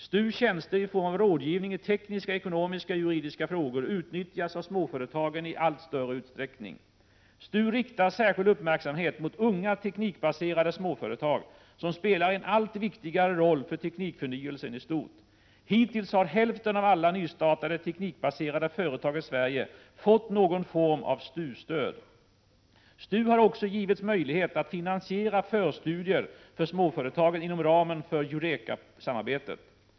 STU:s tjänster i form av rådgivning i tekniska, ekonomiska och juridiska frågor utnyttjas av småföretagen i allt större utsträckning. STU riktar särskild uppmärksamhet mot unga teknikbaserade småföretag som spelar en allt viktigare roll för teknikförnyelsen i stort. Hittills har hälften av alla nystartade teknikbaserade företag i Sverige fått någon form av STU-stöd. STU har också givits möjlighet att finansiera förstudier för småföretagen inom ramen för EUREKA-samarbetet.